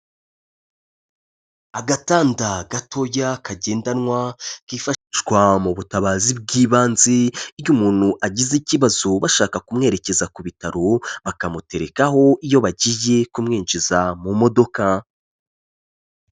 Agatanda gato kagendanwa kifashishwa mu butabazi bw'ibanze, iyo umuntu agize ikibazo bashaka kumwerekeza ku bitaro, bakamuterekaho iyo bagiye kumwinjiza mu modoka.